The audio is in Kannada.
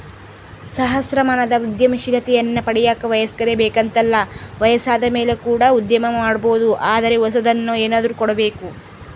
ಸಹಸ್ರಮಾನದ ಉದ್ಯಮಶೀಲತೆಯನ್ನ ಪಡೆಯಕ ವಯಸ್ಕರೇ ಬೇಕೆಂತಲ್ಲ ವಯಸ್ಸಾದಮೇಲೆ ಕೂಡ ಉದ್ಯಮ ಮಾಡಬೊದು ಆದರೆ ಹೊಸದನ್ನು ಏನಾದ್ರು ಕೊಡಬೇಕು